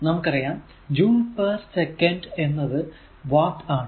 നമുക്കറിയാം joule per second എന്നത് watt ആണ്